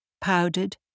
powdered